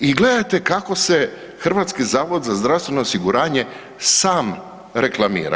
I gledajte kako se Hrvatski zavod za zdravstveno osiguranje sam reklamira.